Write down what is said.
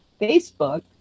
facebook